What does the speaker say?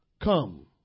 come